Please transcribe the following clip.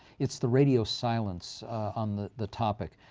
it's the radio silence on the the topic.